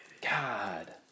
God